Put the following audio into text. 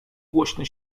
głośny